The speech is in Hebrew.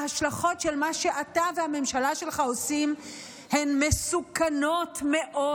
ההשלכות של מה שאתה והממשלה שלך עושים הן מסוכנות מאוד,